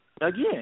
Again